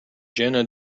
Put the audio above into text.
jena